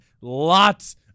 lots